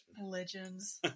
Legends